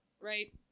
right